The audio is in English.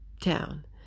town